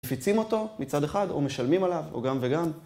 מפיצים אותו מצד אחד, או משלמים עליו, או גם וגם.